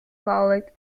called